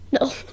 No